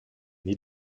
nid